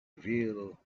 real